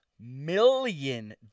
million